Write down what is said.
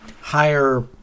higher